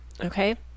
Okay